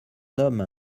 homme